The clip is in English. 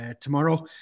Tomorrow